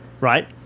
right